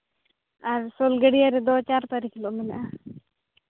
ᱟᱨ ᱥᱳᱞ ᱜᱟᱹᱲᱭᱟᱹ ᱨᱮᱫᱚ ᱪᱟᱨ ᱛᱟᱹᱨᱤᱠᱷ ᱦᱤᱞᱳᱜ ᱢᱮᱱᱟᱜᱼᱟ